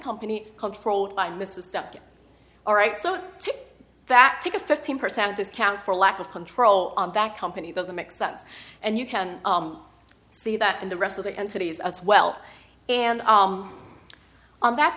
company controlled by mrs dr all right so that took a fifteen percent discount for lack of control on that company doesn't make sense and you can see that in the rest of the entities as well and on that